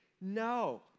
no